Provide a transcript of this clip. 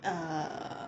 err